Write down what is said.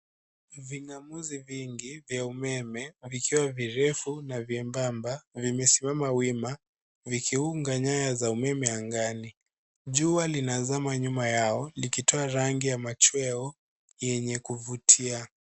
Vinamuzi vingi vya umeme vikiwa virefu na vyembamba vimesimama wima vikiunga nyaya za umeme angani . Jua linazama nyuma yao likitoa rangi ya machweo yenye kuvutia.